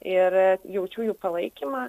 ir jaučiu jų palaikymą